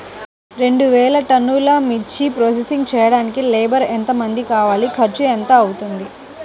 రెండు వేలు టన్నుల మిర్చి ప్రోసెసింగ్ చేయడానికి లేబర్ ఎంతమంది కావాలి, ఖర్చు ఎంత అవుతుంది?